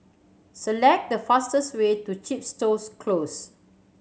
select the fastest way to Chepstow Close